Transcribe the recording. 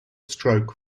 stroke